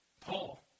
Paul